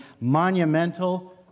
monumental